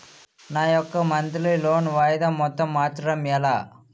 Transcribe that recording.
నా యెక్క monthly loan వాయిదా మొత్తం మార్చడం ఎలా?